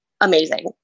amazing